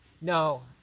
No